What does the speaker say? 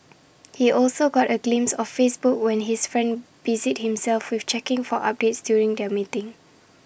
he also got A glimpse of Facebook when his friend busied himself with checking for updates during their meeting